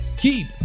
Keep